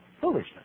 foolishness